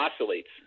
oscillates